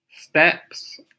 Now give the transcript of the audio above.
steps